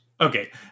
Okay